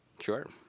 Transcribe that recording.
Sure